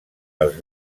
els